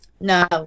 No